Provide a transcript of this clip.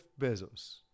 Bezos